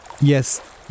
Yes